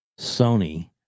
Sony